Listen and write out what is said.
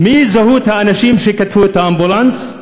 מה זהות האנשים שתקפו את האמבולנס?